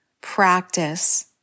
practice